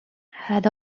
had